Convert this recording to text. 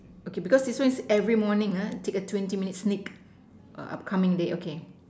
okay because this one is every morning ah take a twenty minute sneak err upcoming day okay